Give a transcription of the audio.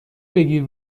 بگیر